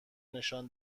نشان